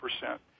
percent